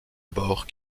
bord